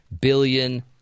billion